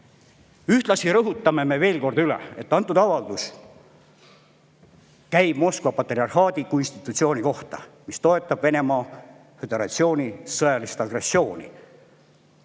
rõhutame veel kord, et avaldus käib Moskva patriarhaadi kui institutsiooni kohta, mis toetab Venemaa Föderatsiooni sõjalist agressiooni.